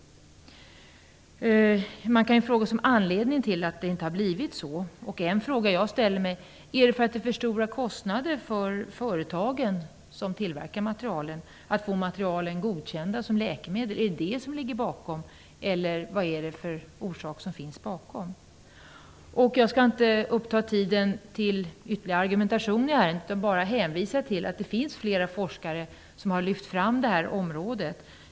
Man kan fråga sig vad som är anledningen till att det inte har blivit så. En fråga som jag ställer mig är: Beror det på att det är för stora kostnader för företagen som tillverkar materialen att få materialen godkända som läkemedel? Är det det som ligger bakom? Eller är det någonting annat? Jag skall inte uppta tiden med ytterligare argumentation i ärendet utan bara hänvisa till att det finns flera forskare som har lyft fram det här området.